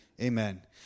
Amen